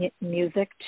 music